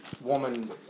woman